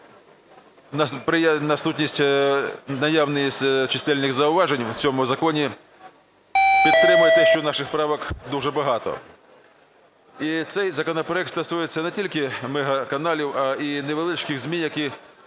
нагадати, що наявність чисельних зауважень у цьому законі підтримує те, що наших правок дуже багато. І цей законопроект стосується не тільки мегаканалів, а й невеличких ЗМІ, які